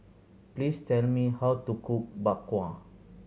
please tell me how to cook Bak Kwa